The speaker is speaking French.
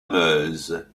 meuse